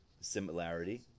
similarity